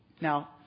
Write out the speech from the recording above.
now